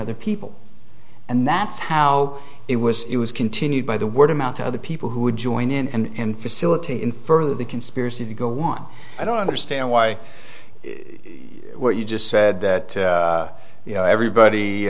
other people and that's how it was it was continued by the word of mouth other people who would join in and facilitate in further the conspiracy to go on i don't understand why what you just said that you know